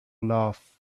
love